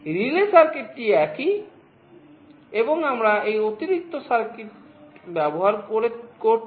relay সার্কিটটি একই এবং আমরা এই অতিরিক্ত সার্কিট ব্যবহার করছি